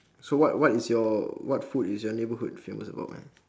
so what what is your what food is your neighbourhood famous about man